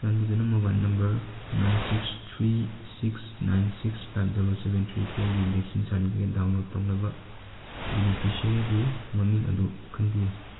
ꯆꯥꯟꯕꯤꯗꯨꯅ mobile number nine six three six nine six five double seven three ꯐꯣꯔꯒꯤ vaccine certificate download ꯇꯧꯅꯕ ꯕꯦꯅꯤꯐꯤꯁꯔꯤꯒꯤ ꯃꯃꯤꯡ ꯑꯗꯨ ꯈꯟꯕꯤꯎ